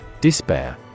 Despair